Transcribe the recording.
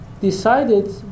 decided